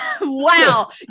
wow